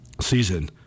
season